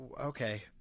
okay